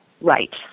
right